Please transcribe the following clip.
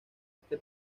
este